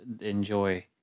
enjoy